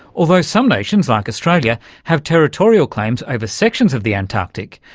although some nations, like australia, have territorial claims over sections of the antarctic,